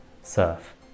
Surf